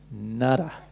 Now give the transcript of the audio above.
Nada